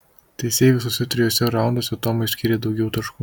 teisėjai visuose trijuose raunduose tomui skyrė daugiau taškų